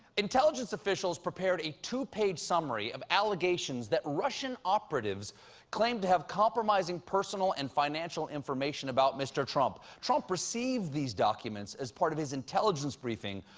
intelligence officials prepared a two-page summary of allegations that russian operatives claim to have compromising personal and financial information about mr. trump. trump received these documents as part of his intelligence briefing,